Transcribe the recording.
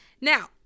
Now